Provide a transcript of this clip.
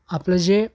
आपलं जे